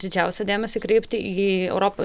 didžiausią dėmesį kreipti į europoj